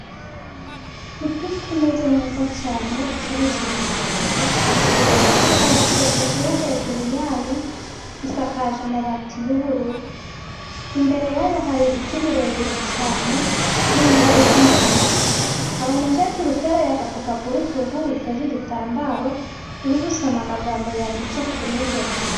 Butike imeze neza cyane icuruza ibintu bitandukanye, hari televiziyo hejuru yayo, isakaje amabati y'ubururu imbere yayo hari ibiti birebire cyane n'indabo z'umutuku, hari umukecuru utereye agafuka ku rutugu witeze igitambaro, uri gusoma amagambo yanditse kuri iyo nzu.